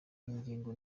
ngingo